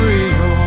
Rio